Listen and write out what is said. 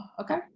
Okay